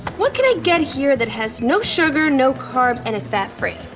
what can i get here that has no sugar, no carbs and is fat-free?